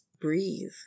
breathe